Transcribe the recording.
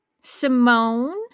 Simone